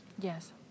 Yes